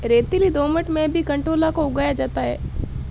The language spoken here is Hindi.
रेतीली दोमट में भी कंटोला को उगाया जाता है